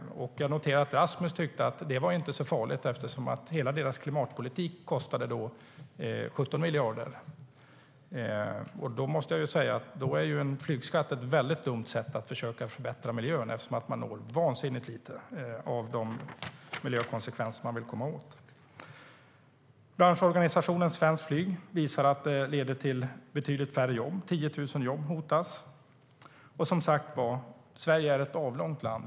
Jag noterade att Rasmus Ling inte tyckte att det var så farligt eftersom hela deras klimatpolitik kostade 17 miljarder. Jag måste säga att då är en flygskatt ett väldigt dumt sätt att försöka förbättra miljön, för man når vansinnigt få av de miljökonsekvenser man vill komma åt. Branschorganisationen Svenskt Flyg visar att en flygskatt leder till betydligt färre jobb - 10 000 jobb hotas. Sverige är som sagt ett avlångt land.